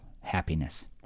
happiness